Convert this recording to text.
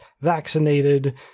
vaccinated